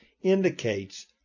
indicates